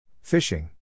Fishing